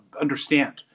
understand